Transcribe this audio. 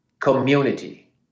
community